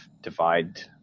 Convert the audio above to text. divide